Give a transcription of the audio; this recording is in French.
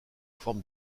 forme